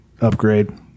upgrade